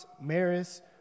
Maris